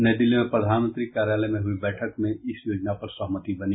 नई दिल्ली में प्रधानमंत्री कार्यालय में हुई बैठक में इस योजना पर सहमति बनी